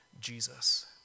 Jesus